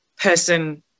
person